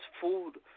food